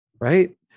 right